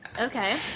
Okay